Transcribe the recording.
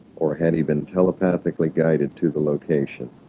or had he been telepathically guided to the location?